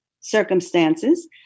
circumstances